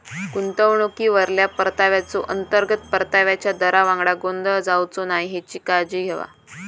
गुंतवणुकीवरल्या परताव्याचो, अंतर्गत परताव्याच्या दरावांगडा गोंधळ जावचो नाय हेची काळजी घेवा